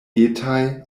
etaj